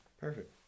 Perfect